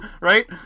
right